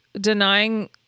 denying